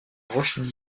roche